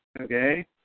Okay